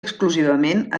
exclusivament